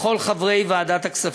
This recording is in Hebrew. לכל חברי ועדת הכספים,